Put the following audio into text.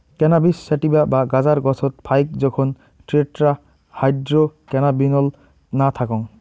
cannabis sativa বা গাঁজার গছত ফাইক জোখন টেট্রাহাইড্রোক্যানাবিনোল না থাকং